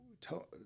tell